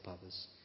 others